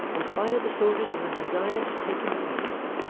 inspired the soldiers with a desire to take him alive,